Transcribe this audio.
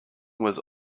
was